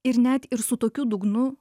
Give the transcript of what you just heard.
ir net ir su tokiu dugnu